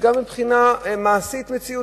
וגם מבחינה מעשית מציאותית,